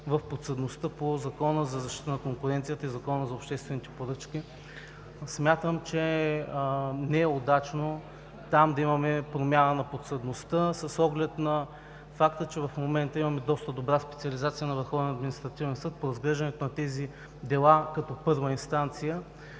в подсъдността по Закона за защита на конкуренцията и Закона обществените поръчки. Смятам, че не е удачно там да имаме промяна на подсъдността с оглед на факта, че в момента имаме доста добра специализация на Върховния административен съд по разглеждането на тези дела като първа инстанция